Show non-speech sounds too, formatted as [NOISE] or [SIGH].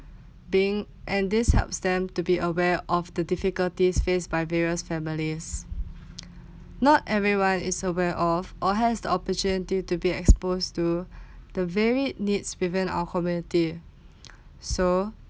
being and this helps them to be aware of the difficulties faced by various families [NOISE] not everyone is aware of or has the opportunity to be exposed to [BREATH] the very needs within our community [NOISE] so